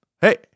Hey